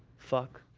fuck